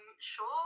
Sure